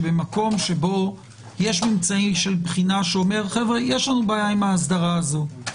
שמקום שבו יש ממצאי בחינה שאומרת יש בעיה עם האסדרה הזאת.